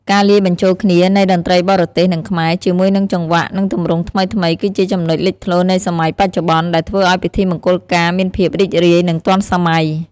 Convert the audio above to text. ការលាយបញ្ចូលគ្នានៃតន្ត្រីបរទេស និងខ្មែរ ជាមួយនឹងចង្វាក់ និងទម្រង់ថ្មីៗ គឺជាចំណុចលេចធ្លោនៃសម័យបច្ចុប្បន្ន ដែលធ្វើឲ្យពិធីមង្គលការមានភាពរីករាយ និងទាន់សម័យ។